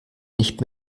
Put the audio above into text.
nicht